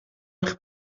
eich